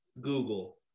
Google